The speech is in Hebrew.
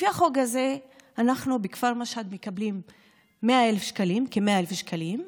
לפי החוק הזה אנחנו בכפר משהד מקבלים כ-100,000 שקלים,